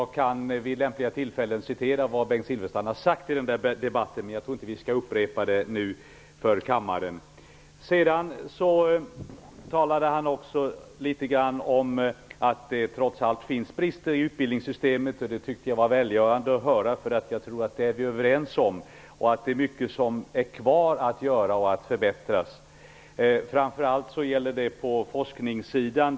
Jag kan vid lämpliga tillfällen citera vad Bengt Silfverstrand har sagt i denna debatt, men jag tror inte att jag nu skall upprepa det för kammaren. Han talade också litet grand om att det trots allt finns brister i utbildningssystemet. Det tyckte jag var välgörande att höra. Jag tror att vi är överens om att mycket är kvar att göra och att mycket kan förbättras. Framför allt gäller det på forskningssidan.